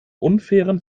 unfairen